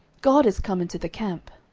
god is come into the camp.